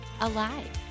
alive